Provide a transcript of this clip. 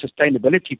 sustainability